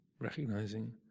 recognizing